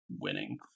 winning